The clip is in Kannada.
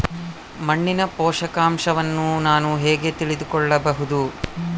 ಮಣ್ಣಿನ ಪೋಷಕಾಂಶವನ್ನು ನಾನು ಹೇಗೆ ತಿಳಿದುಕೊಳ್ಳಬಹುದು?